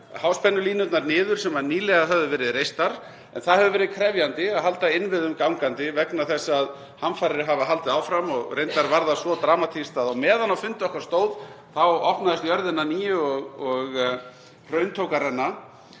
háspennulínurnar niður, sem nýlega höfðu verið reistar, en það hefur verið krefjandi að halda innviðum gangandi vegna þess að hamfarir hafa haldið áfram. Reyndar var það svo dramatískt að á meðan á fundi okkar stóð opnaðist jörðin að nýju og hraun tók að renna.